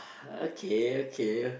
okay okay